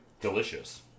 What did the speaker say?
delicious